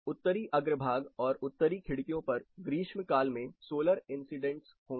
उत्तरी अग्रभाग और उत्तरी खिड़कियों पर ग्रीष्म काल में सोलर इंसिडेंटस होंगे